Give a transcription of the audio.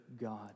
God